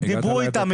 דיברו איתם,